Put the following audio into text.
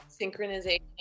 synchronization